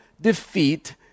defeat